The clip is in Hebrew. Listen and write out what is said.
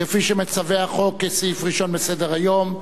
כפי שמצווה החוק כסעיף ראשון בסדר-היום,